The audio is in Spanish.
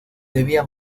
debía